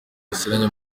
yasinyanye